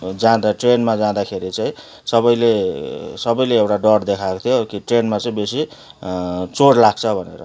जाँदा ट्रेनमा जाँदाखेरि चाहिँ सबैले सबैले एउटा डर देखाएको थियो कि ट्रेनमा चाहिँ बेसी चोर लाग्छ भनेर